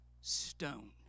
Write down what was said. stone